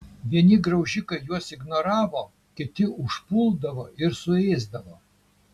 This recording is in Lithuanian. vieni graužikai juos ignoravo kiti užpuldavo ir suėsdavo